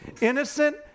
Innocent